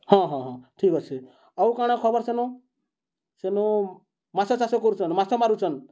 ହଁ ହଁ ହଁ ଠିକ୍ ଅଛେ ଆଉ କାଣା ଖବର୍ ସେନୁ ସେନୁ ମାଛ ଚାଷ କରୁଚନ୍ ମାଛ ମାରୁଚନ୍